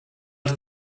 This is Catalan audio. els